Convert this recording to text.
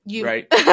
right